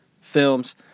films